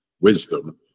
wisdom